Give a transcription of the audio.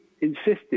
insisted